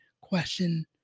question